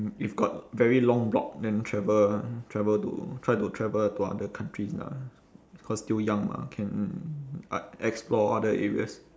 if got very long block then travel travel to try to travel to other countries lah cause still young mah can explore other areas